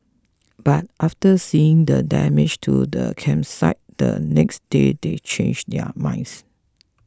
but after seeing the damage to the campsite the next day they changed their minds